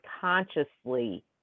consciously